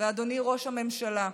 ואדוני ראש הממשלה,